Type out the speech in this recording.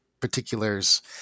particulars